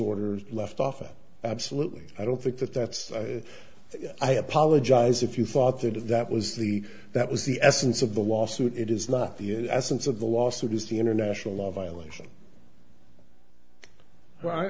orders left off absolutely i don't think that that's i apologize if you thought that that was the that was the essence of the lawsuit it is not the essence of the lawsuit is the international law violation